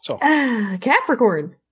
Capricorn